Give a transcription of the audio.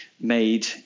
made